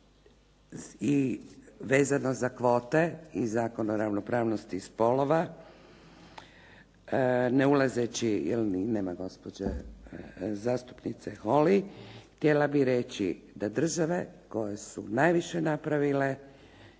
I vezano za kvote i Zakon o ravnopravnosti spolova ne ulazeći, nema gospođe zastupnice Holy, htjela bih reći da države koje su najviše napravile,